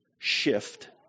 shift